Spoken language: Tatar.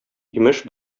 имеш